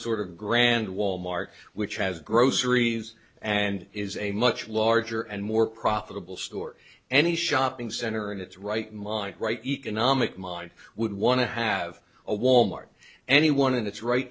sort of grand wal mart which has groceries and is a much larger and more profitable store any shopping center in its right mind right economic mind would want to have a wal mart anyone in its right